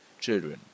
children